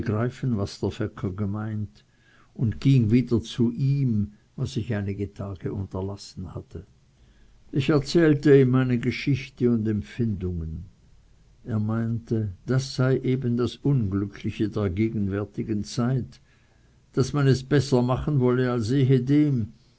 begreifen was der fecker gemeint und ging wieder zu ihm was ich einige tage unterlassen hatte ich erzählte ihm meine geschichte und empfindungen er meinte das sei eben das unglückliche der gegenwärtigen zeit daß man es besser machen wolle als ehedem